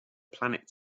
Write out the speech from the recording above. planet